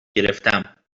گرفتم